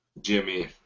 Jimmy